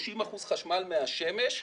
30 אחוזים חשמל מהשמש,